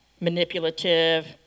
Manipulative